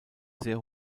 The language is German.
sehr